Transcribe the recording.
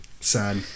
Sad